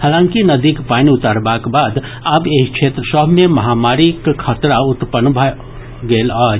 हालांकि नदीक पानि उतरबाक बाद आब एहि क्षेत्र सभ मे महामारीक खतरा उत्पन्न होबय लागल अछि